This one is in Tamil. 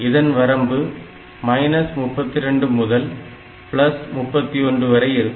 இதன் வரம்பு 32 முதல் 31 வரை இருக்கும்